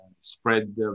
spread